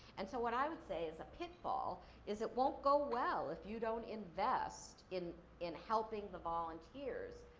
and, so what i would say is a pitfall is it won't go well if you don't invest in in helping the volunteers